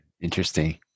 Interesting